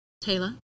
Taylor